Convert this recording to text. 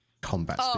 combat